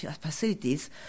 facilities